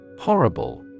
Horrible